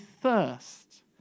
thirst